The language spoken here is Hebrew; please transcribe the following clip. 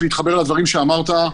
להתחבר לדברים שאמרת,